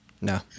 No